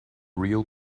real